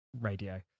radio